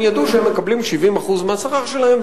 הם ידעו שהם מקבלים 70% מהשכר שלהם,